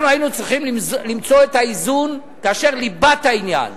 אנחנו היינו צריכים למצוא את האיזון, וליבת העניין